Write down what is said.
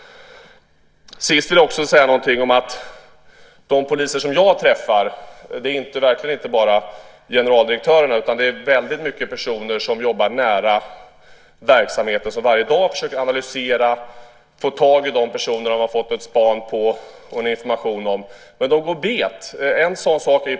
Sist vill jag säga någonting om de poliser som jag träffar, och det är verkligen inte bara generaldirektörer utan personer som jobbar nära verksamheten och som varje dag försöker analysera, få tag i de personer som de har fått ett span på och en information om men som de går bet på.